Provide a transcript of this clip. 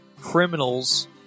criminals